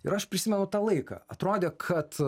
ir aš prisimenu tą laiką atrodė kad